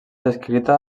descrita